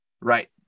right